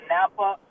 Napa